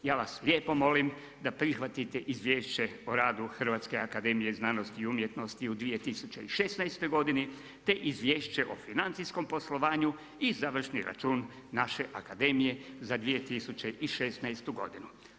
Ja vas lijepo molim da prihvatite Izvješće o radu Hrvatske akademije znanosti i umjetnosti u 2016. godini te Izvješće o financijskom poslovanju i Završni račun naše akademije za 2016. godinu.